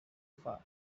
far